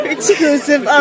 Exclusive